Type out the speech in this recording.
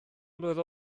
mlwydd